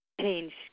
Change